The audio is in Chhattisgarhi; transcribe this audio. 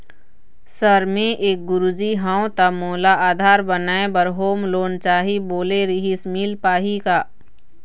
सर मे एक गुरुजी हंव ता मोला आधार बनाए बर होम लोन चाही बोले रीहिस मील पाही का?